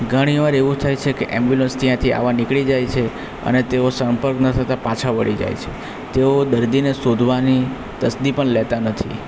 ઘણી વાર એવું થાય છે કે ઍમ્બ્યુલન્સ ત્યાંથી આવવા નીકળી જાય છે અને તેઓ સંપર્ક ન થતાં પાછા વળી જાય છે તેઓ દર્દીને શોધવાની તસ્દી પણ લેતા નથી